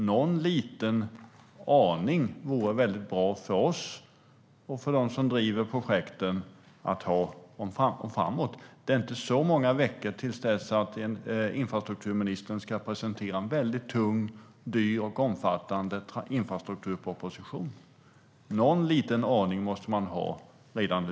Någon liten aning framåt vore väldigt bra för oss och för dem som driver projekten. Det är inte så många veckor till dess infrastrukturministern ska presentera en tung, dyr och omfattande infrastrukturproposition. Någon liten aning måste man ha redan nu.